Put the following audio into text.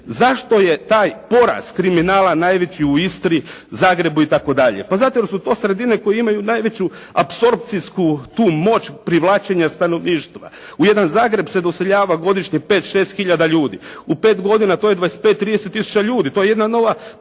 Zašto je taj porast kriminala najveći u Istri, Zagrebu i tako dalje? Pa zato jer su to sredine koje imaju najveću apsorpcijsku tu moć privlačenja stanovništva. U jedan Zagreb se doseljava godišnje 5, 6 hiljada ljudi. U 5 godina to je 25, 30 tisuća ljudi. To je jedna nova policija